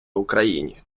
україні